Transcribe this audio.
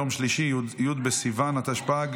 יום שלישי י' בסיוון התשפ"ג,